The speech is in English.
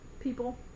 People